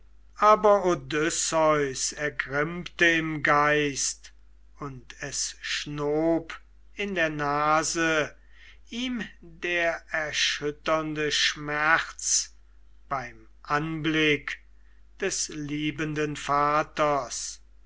ergrimmte im geist und es schnob in der nase ihm der erschütternde schmerz beim anblick des liebenden